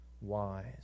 wise